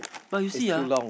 but you see ah